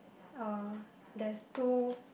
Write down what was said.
oh there's two